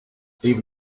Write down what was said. even